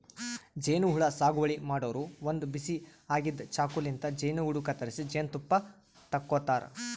ಜೇನಹುಳ ಸಾಗುವಳಿ ಮಾಡೋರು ಒಂದ್ ಬಿಸಿ ಆಗಿದ್ದ್ ಚಾಕುಲಿಂತ್ ಜೇನುಗೂಡು ಕತ್ತರಿಸಿ ಜೇನ್ತುಪ್ಪ ತಕ್ಕೋತಾರ್